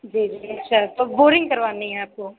जी जी अच्छा तो बोरिंग करवानी है आपको